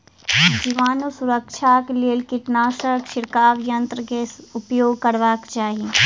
जीवाणु सॅ सुरक्षाक लेल कीटनाशक छिड़काव यन्त्र के उपयोग करबाक चाही